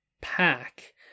pack